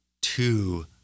two